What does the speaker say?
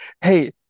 Hey